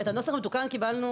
את הנוסח המתוקן קיבלנו